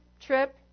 trip